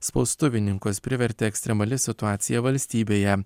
spaustuvininkus privertė ekstremali situacija valstybėje